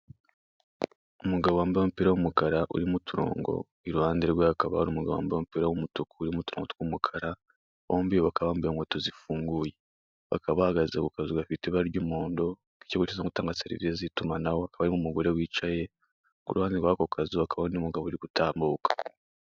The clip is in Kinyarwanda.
Umugabo wambaye umupira w'umukara urimo uturongo, iruhande rwe hakaba hari umugabo wambaye umupira w'umutuku urimo uturongo tw'umukara bombi bakaba bambaye inkweto zifunguye, bakaba bahagaze ku kazu gafite ibara ry'umuhondo k'ikigo gishinzwe gutanga serivise z'itumanaho hakaba harimo umugore wicaye, kuruhande rwako kazu hakaba hari undi mugabo uri gutambuka.